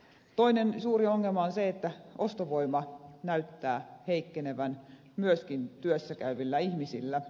toinen suuri ongelma on se että ostovoima näyttää heikkenevän myöskin työssä käyvillä ihmisillä